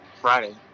Friday